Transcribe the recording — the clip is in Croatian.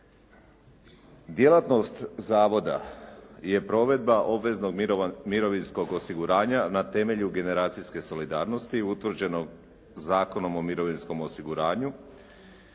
Djelatnost zavoda je provedba obveznog mirovinskog osiguranja na temelju generacijske solidarnosti utvrđenog Zakonom o mirovinskom osiguranju